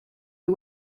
who